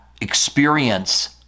experience